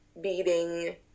beating